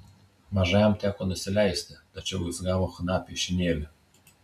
mažajam teko nusileisti tačiau jis gavo chna piešinėlį